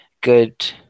good